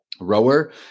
rower